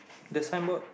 the sign board